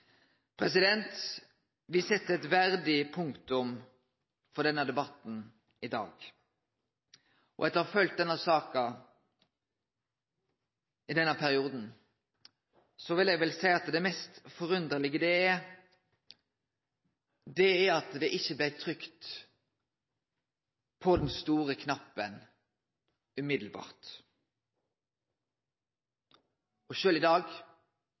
set eit verdig punktum for denne debatten i dag. Etter å ha følgt denne saka i denne perioden vil eg seie at det mest forunderlege er at det ikkje blei trykt på den store knappen med ein gong. Sjølv i dag